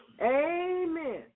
Amen